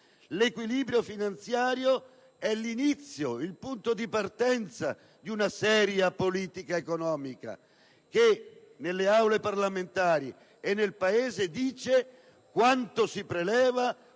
l'equilibrio finanziario è l'inizio, il punto di partenza di una seria politica economica che nelle Aule parlamentari e nel Paese spieghi chiaramente quanto si preleva,